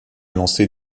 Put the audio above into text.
lancer